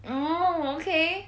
oh okay